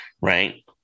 right